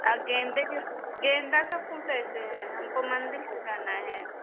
और गेंदे का गेंदे का फूल कैसे है हमको मंदिर सजाना है